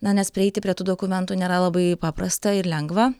na nes prieiti prie tų dokumentų nėra labai paprasta ir lengva